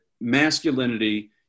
masculinity